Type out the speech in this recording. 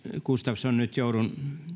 gustafsson nyt joudun